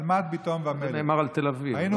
זה נאמר על תל אביב.